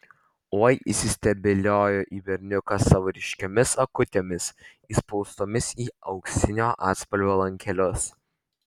oi įsistebeilijo į berniuką savo ryškiomis akutėmis įspraustomis į auksinio atspalvio lankelius